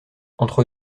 entre